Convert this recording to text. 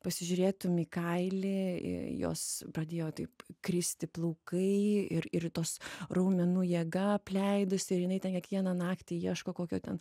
pasižiūrėtum į kailį jos pradėjo taip kristi plaukai ir ir tos raumenų jėga apleidusi ir jinai ten kiekvieną naktį ieško kokio ten